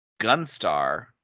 Gunstar